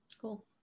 Cool